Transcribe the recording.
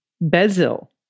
bezel